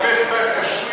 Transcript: אני רואה את השאלות,